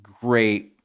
great